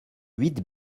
huit